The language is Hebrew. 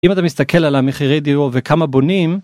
אם אתה מסתכל על המחירי דיור וכמה בונים.